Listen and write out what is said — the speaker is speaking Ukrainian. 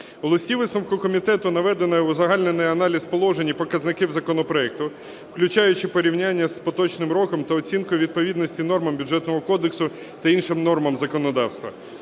У листі-висновку комітету наведено і узагальнено аналіз положень і показників законопроекту, включаючи порівняння з поточним роком та оцінкою відповідності нормам Бюджетного кодексу та іншим нормам законодавства.